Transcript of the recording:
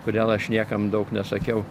kodėl aš niekam daug nesakiau